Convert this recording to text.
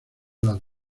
las